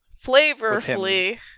flavorfully